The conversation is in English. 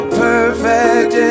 perfect